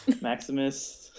Maximus